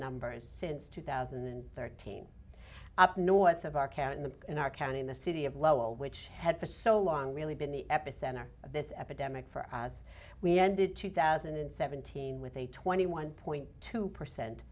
numbers since two thousand and thirteen up north of our care in the in our county in the city of lowell which had for so long really been the epicenter of this epidemic for as we ended two thousand and seventeen with a twenty one point two percent